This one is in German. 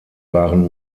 waren